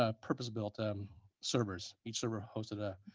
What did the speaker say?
ah purpose built um servers. each server hosted a